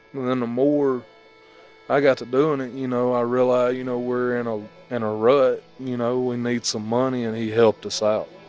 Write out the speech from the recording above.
and then the more i got to doing it, you know, i realized, you know, we're in a and rut. you know, know, we need some money and he helped us out.